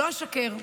לא אשקר,